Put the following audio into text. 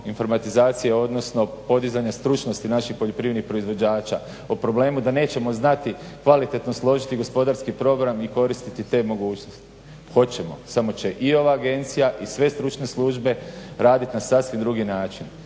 informatizacije, odnosno podizanja stručnosti naših poljoprivrednih proizvođača o problemu da nećemo znati kvalitetno složiti gospodarski program i koristiti te mogućnosti. Hoćemo, samo će i ova agencija i sve stručne službe raditi na sasvim drugi način.